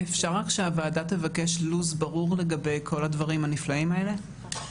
אפשר רק שהוועדה תבקש לו"ז ברור לגבי כל הדברים הנפלאים האלה?